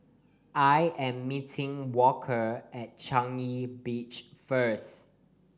I am meeting Walker at Changi Beach first